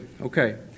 Okay